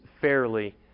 fairly